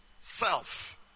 Self